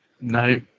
no